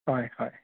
হয় হয়